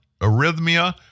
arrhythmia